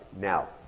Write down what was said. now